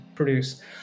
produce